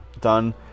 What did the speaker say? done